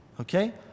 Okay